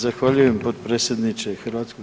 Zahvaljujem potpredsjedniče HS.